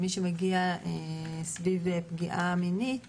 מי שמגיע סביב פגיעה מינית